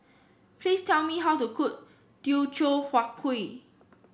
please tell me how to cook Teochew Huat Kuih